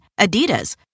Adidas